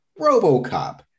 Robocop